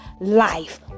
life